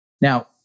Now